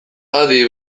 adi